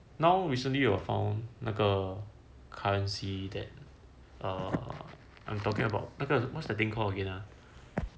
now recently I found 那个 currency that err I'm talking about 那个 what's that thing called again ah